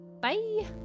Bye